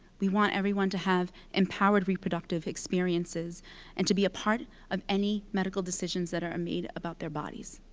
we want everyone to have empowered reproductive experiences and to be a part of any medical decisions that are made about their bodies.